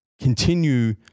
continue